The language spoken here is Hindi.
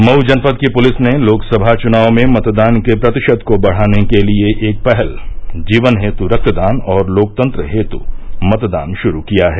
मऊ जनपद की पुलिस ने लोकसभा चुनाव में मतदान के प्रतिशत को बढाने के लिए एक पहल जीवन हेत् रक्तदान और लोकतन्त्र हेत् मतदान श्रु किया है